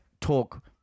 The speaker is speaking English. talk